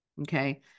Okay